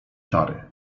czary